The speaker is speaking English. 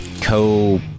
co